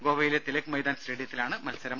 ഗോവയിലെ തിലക് മൈതാൻ സ്റ്റേഡിയത്തിലാണ് മത്സരം